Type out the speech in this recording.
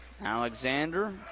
Alexander